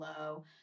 low